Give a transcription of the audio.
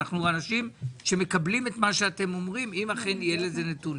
אנחנו אנשים שמקבלים את מה שאתם אומרים אם אכן יהיו לזה נתונים,